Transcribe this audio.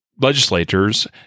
legislators